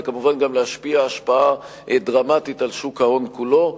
וכמובן גם להשפיע השפעה דרמטית על שוק ההון כולו.